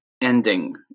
ending